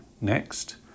next